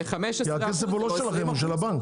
לבנק, כי הכסף הוא לא שלכם, אלא של הבנק.